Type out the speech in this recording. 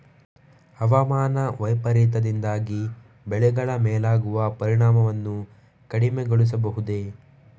ಹವಾಮಾನ ವೈಪರೀತ್ಯದಿಂದಾಗಿ ಬೆಳೆಗಳ ಮೇಲಾಗುವ ಪರಿಣಾಮವನ್ನು ಕಡಿಮೆಗೊಳಿಸಬಹುದೇ?